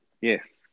Yes